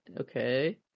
okay